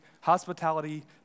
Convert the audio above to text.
hospitality